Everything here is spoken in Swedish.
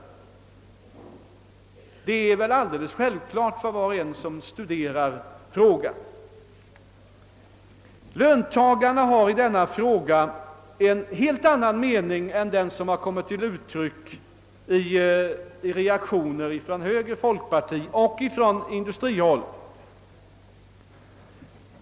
Det är väl alldeles självklart för var och en som studerar frågan. Löntagarna har i denna fråga en helt annan mening än den som har kommit till uttryck från höger-, folkpartioch industrihåll.